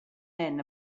men